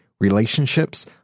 relationships